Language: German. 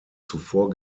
zuvor